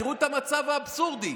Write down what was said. תראו את המצב האבסורדי,